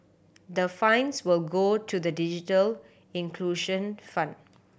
the fines will go to the digital inclusion fund